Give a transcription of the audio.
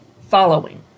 following